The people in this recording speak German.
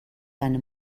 seine